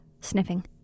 sniffing